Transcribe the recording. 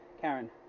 Karen